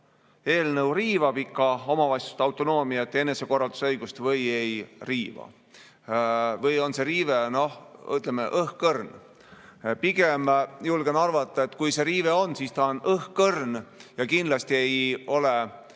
eelnõu riivab omavalitsuste autonoomiat ja enesekorraldusõigust või ei riiva. Või on see riive noh, ütleme, õhkõrn. Pigem julgen arvata, et kui see riive on, siis ta on õhkõrn. Ja kindlasti ei ole sisulist